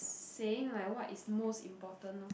saying like what is most important lor